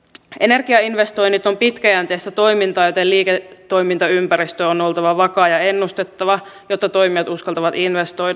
energiainvestoinnit ovat pitkäjänteistä toimintaa joten liiketoimintaympäristön on oltava vakaa ja ennustettava jotta toimijat uskaltavat investoida